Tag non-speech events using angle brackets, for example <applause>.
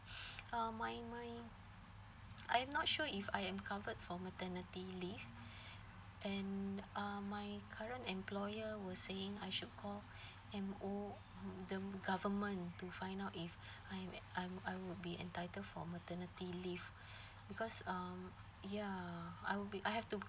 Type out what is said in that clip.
<noise> uh my my I'm not sure if I'm covered for maternity leave and uh my current employer were saying I should call M O the government to find out if I'm ma~ I'm I would be entitled for maternity leave because um ya I will be I have to